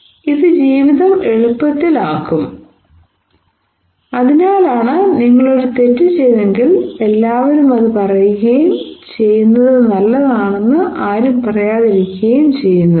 ഇത് ജീവിതം എളുപ്പത്തിൽ ആക്കും അതിനാലാണ് നിങ്ങൾ ഒരു തെറ്റ് ചെയ്തതെങ്കിൽ എല്ലാവരും അത് പറയുകയും ചെയ്യുന്നത് നല്ലതാണെന്ന് ആരും പറയാതിരിക്കുകയും ചെയ്യുന്നത്